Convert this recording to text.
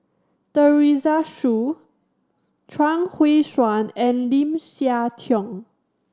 Teresa Hsu Chuang Hui Tsuan and Lim Siah Tong